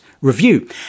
review